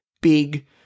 big